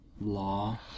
law